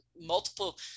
multiple